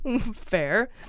Fair